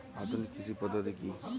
আধুনিক কৃষি পদ্ধতি কী?